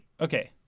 Okay